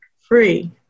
Free